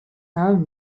have